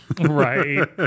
Right